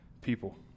people